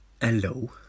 hello